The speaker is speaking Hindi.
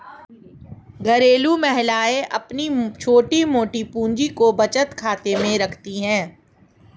घरेलू महिलाएं अपनी छोटी मोटी पूंजी को बचत खाते में रखती है